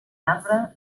marbre